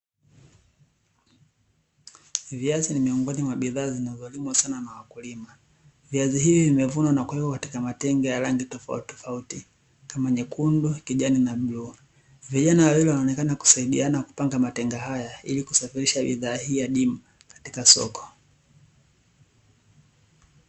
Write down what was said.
Viazi ni miongoni mwa bidhaa zinazolimwa sana na wakulima. Viazi hivi vimevunwa na kuwekwa katika matenga ya rangi tofautitofauti, kama nyekundu, kijani na bluu. Vijana wawili wanaonekana kusaidiana kupanga matenga haya, ili kusafirisha bidhaa hii adimu katika soko.